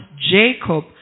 Jacob